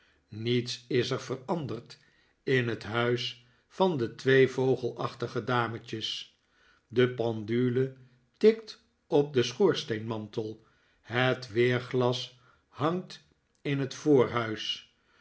niets is er veranderd in het huis van de twee vogelachtige dametjes de pendule tikt op den schoorsteenmantel het weerglas hangt in het